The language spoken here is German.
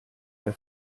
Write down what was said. der